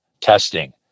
testing